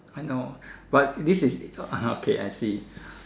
I know but this is ah okay I see